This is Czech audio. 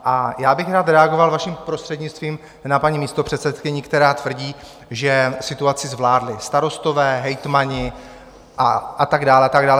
A rád bych reagovat, vaším prostřednictvím, na paní místopředsedkyni, která tvrdí, že situaci zvládli starostové, hejtmani a tak dále a tak dále.